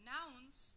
Nouns